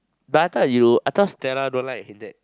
but I thought you I thought Stella don't like Hin-Teck